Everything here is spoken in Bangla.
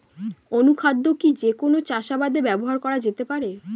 অনুখাদ্য কি যে কোন চাষাবাদে ব্যবহার করা যেতে পারে?